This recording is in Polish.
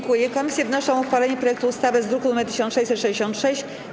Komisje wnoszą o uchwalenie projektu ustawy z druku nr 1666.